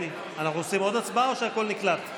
אנחנו עושים עוד הצבעה או שהכול נקלט?